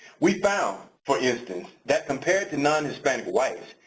we found, for instance, that compared to non-hispanic whites,